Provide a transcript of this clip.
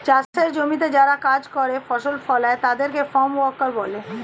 চাষের জমিতে যারা কাজ করে, ফসল ফলায় তাদের ফার্ম ওয়ার্কার বলে